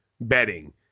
betting